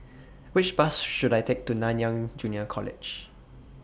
Which Bus should I Take to Nanyang Junior College